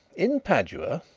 in padua,